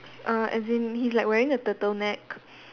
err as in he's like wearing a turtleneck